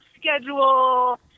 schedule